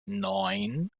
neun